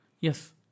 Yes